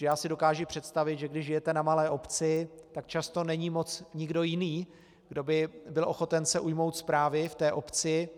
Protože já si dokážu představit, že když žijete na malé obci, tak často není moc nikdo jiný, kdo by byl ochoten se ujmout správy v té obci.